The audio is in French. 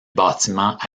bâtiment